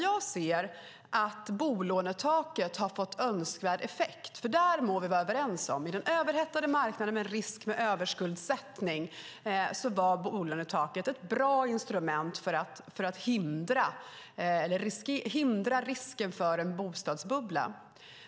Jag ser att bolånetaket har fått önskat effekt. Där må vi vara överens. I den överhettade marknaden med risk för överskuldsättning var bolånetaket ett bra instrument för att hindra risken för en bostadsbubbla.